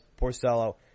Porcello